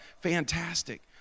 Fantastic